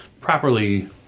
properly